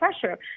pressure